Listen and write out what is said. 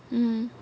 mm